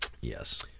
Yes